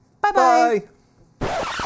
Bye-bye